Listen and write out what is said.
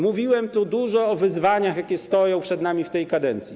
Mówiłem tu dużo o wyzwaniach, jakie stoją przed nami w tej kadencji.